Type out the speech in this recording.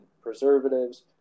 preservatives